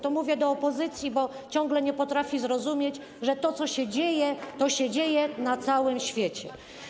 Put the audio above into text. To mówię do opozycji, bo ciągle nie potrafi zrozumieć, że to, co się dzieje, dzieje się na całym świecie.